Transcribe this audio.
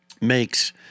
makes